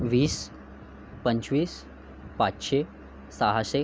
वीस पंचवीस पाचशे सहाशे